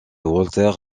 walter